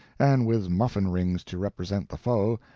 and with muffin-rings to represent the foe,